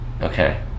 Okay